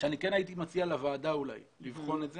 שאני כן הייתי מציע לוועדה אולי לבחון את זה,